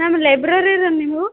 ma'am ಲೈಬ್ರೆರಿಯೋರ ನೀವು